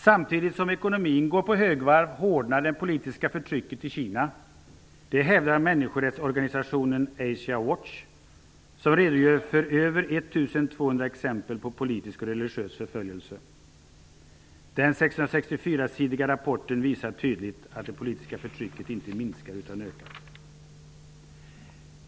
''Samtidigt som ekonomin går på högvarv hårdnar det politiska förtrycket i Kina. Det hävdar människorättsorganisationen Asia Watch, som redogör för över 1 200 exempel på politisk och religiös förföljelse. Den 664-sidiga rapporten visar tydligt att det politiska förtrycket inte minskar utan ökar.''